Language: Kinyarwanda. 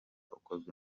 ukozwe